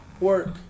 Work